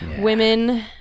Women